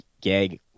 gag